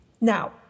Now